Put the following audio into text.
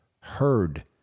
heard